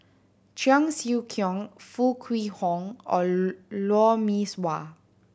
Cheong Siew Keong Foo Kwee Horng or Lou Mee Swah